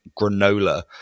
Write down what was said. granola